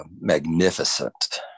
magnificent